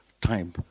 time